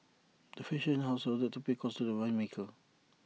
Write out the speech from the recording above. the fashion house was ordered to pay costs to the winemaker